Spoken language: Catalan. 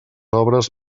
obres